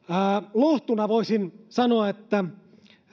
lohtuna voisin sanoa että